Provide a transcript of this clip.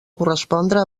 correspondre